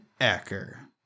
Acker